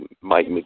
Mike